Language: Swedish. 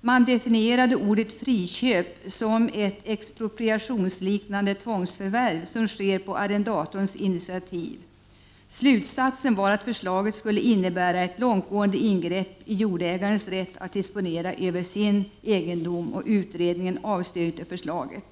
Man definierade ordet friköp som ett expropriationsliknande tvångsförvärv som sker på arrendatorns initiativ. Slutsatsen var att förslaget skulle innebära ett långtgående ingrepp i jordägarens rätt att disponera över sin egendom, och utredningen avstyrkte förslaget.